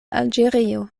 alĝerio